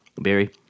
Barry